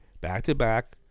back-to-back